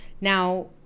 Now